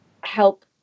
help